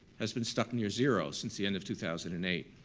has been stuck near zero since the end of two thousand and eight.